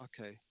okay